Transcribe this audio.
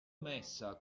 messa